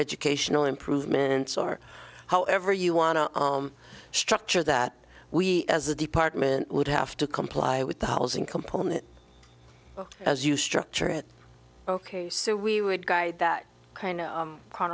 educational improvements or however you want to structure that we as a department would have to comply with the housing component as you structure it ok so we would guide that kind of